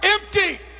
empty